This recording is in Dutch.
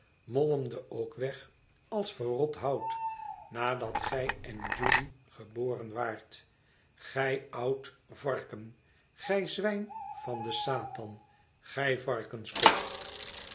molmde ook weg als verrot hout nadat gij en judy geboren waart gij oud varken gij zwijn van den satan gij varkenskop